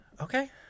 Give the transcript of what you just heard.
okay